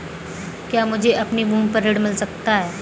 क्या मुझे अपनी भूमि पर ऋण मिल सकता है?